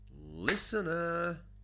listener